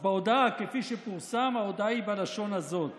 כפי שפורסם, ההודעה היא בלשון הזאת